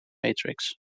matrix